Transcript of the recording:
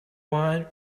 wine